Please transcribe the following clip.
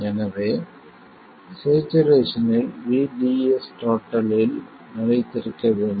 எனவே ஸ்சேச்சுரேஷனில் VDS இல் நிலைத்திருக்க வேண்டும்